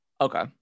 Okay